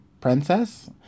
Princess